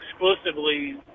exclusively